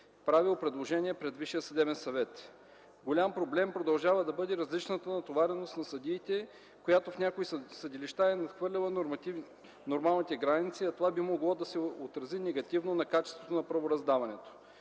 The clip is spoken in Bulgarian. правил предложения пред ВСС. Голям проблем продължава да бъде различната натовареност на съдиите, която в някои съдилища е надхвърляла нормалните граници, а това би могло да се отрази негативно на качеството на правораздаването.